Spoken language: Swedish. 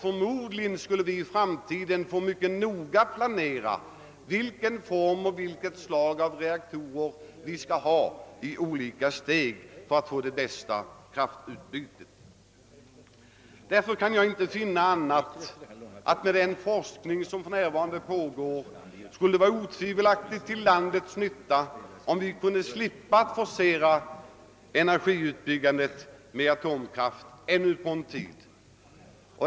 Förmodligen får vi i framtiden mycket noga planera vilket slag av reaktorer vi skall ha i olika steg för att få det bästa kraftutbytet. Därför kan jag inte finna annat än att det otvivelaktigt med den forskning som för närvarande pågår skulle vara till nytta för landet om vi slapp forcera energiutbyggandet med atomkraft ännu någon tid.